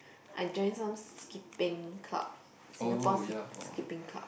I join some skipping club Singapore sk~ skipping club